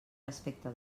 respecte